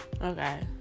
okay